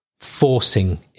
forcing